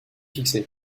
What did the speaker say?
fixé